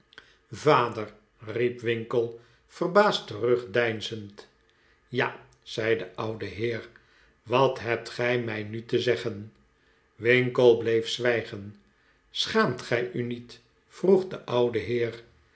vader riep winkle verbaasd terugdieinzend ja zei de oude heer wat hebt gij mij att te zeggen winkle bleef zwijgen schaamt gij u niet vroeg de oude heer